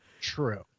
True